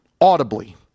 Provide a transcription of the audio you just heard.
audibly